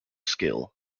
skill